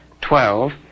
twelve